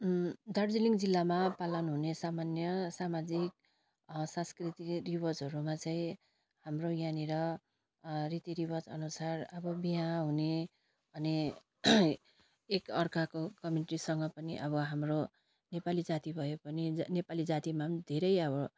दार्जिलिङ जिल्लामा पालन हुने सामान्य सामाजिक सांस्कृतिक रिवाजहरूमा चाहिँ हाम्रो यहाँनिर रीति रिवाजअनुसार अब बिहा हुने अनि एकअर्काको कमिटीसँग पनि अब हाम्रो नेपाली जाति भए पनि नेपाली जातिमा पनि धेरै अब